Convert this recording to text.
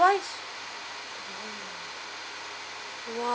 twice !wah!